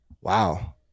wow